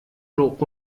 طرق